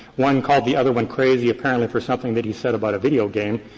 one called the other one crazy, apparently for something that he said about a video game,